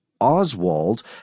Oswald